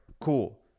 Cool